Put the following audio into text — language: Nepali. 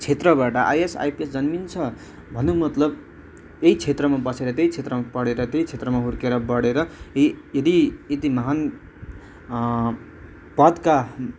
क्षेत्रबाट आइएएस आइपिएस जन्मिन्छ भन्नुको मतलब यही क्षेत्रमा बसेर त्यही क्षेत्रमा पढेर त्यही क्षेत्रमा हुर्केर बढेर यदि यति महान् पदका